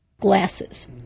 glasses